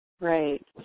Right